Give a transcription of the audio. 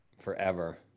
forever